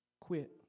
quit